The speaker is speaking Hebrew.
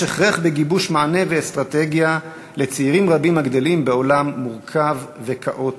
יש הכרח בגיבוש מענה ואסטרטגיה לצעירים רבים הגדלים בעולם מורכב וכאוטי.